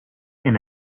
and